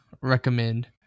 recommend